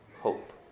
hope